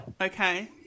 okay